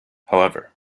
however